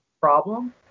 problem